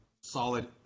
solid